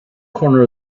corner